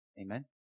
Amen